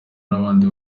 n’abandi